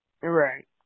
Right